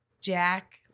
Jack